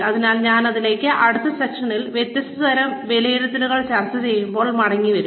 അതിനാൽ ഞാൻ അതിലേക്ക് അടുത്ത സെഷനിൽ വ്യത്യസ്ത തരം വിലയിരുത്തലുകൾ ചർച്ച ചെയ്യുമ്പോൾ മടങ്ങിവരും